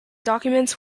documents